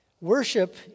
worship